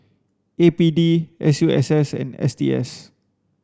A P D S U S S and S T S